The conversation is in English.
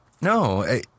No